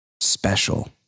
special